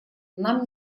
нам